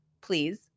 please